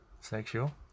Sexual